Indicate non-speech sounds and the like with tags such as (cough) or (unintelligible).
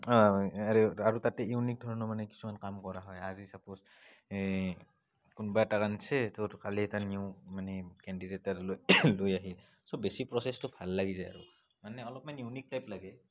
আৰু তাতে ইউনিক ধৰণৰ মানে কিছুমান কাম কৰা হয় আজি চাপ'জ এই কোনোবা এটা (unintelligible) তো এইটো কালি এটা নিউ মানে কেণ্ডিডেট এটা লৈ লৈ আহিল চ' বেচিক প্ৰচেছটো ভাল লাগি যায় আৰু মানে অলপমান ইউনিক টাইপ লাগে